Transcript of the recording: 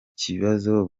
kibazo